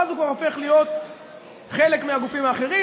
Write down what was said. ואז הוא כבר הופך להיות חלק מהגופים האחרים,